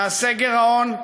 נעשה גירעון,